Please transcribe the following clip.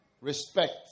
respect